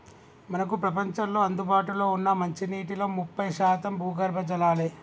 మనకు ప్రపంచంలో అందుబాటులో ఉన్న మంచినీటిలో ముప్పై శాతం భూగర్భ జలాలే